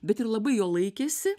bet ir labai jo laikėsi